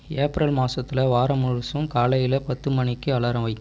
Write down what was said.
April மாசத்தில் வாரம் முழுதும் காலையில் பத்து மணிக்கு அலாரம் வை